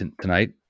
tonight